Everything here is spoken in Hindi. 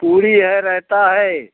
पूरी है रायता है